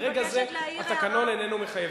ברגע זה, התקנון איננו מחייב.